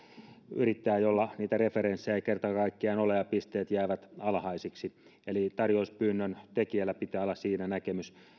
yrittäjä jolla niitä referenssejä ei kerta kaikkiaan ole ja pisteet jäävät alhaisiksi eli tarjouspyynnön tekijällä pitää olla siinä näkemys